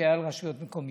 שהיה על רשויות מקומיות,